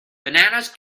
bananas